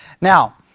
Now